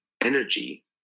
energy